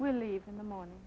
will leave in the morning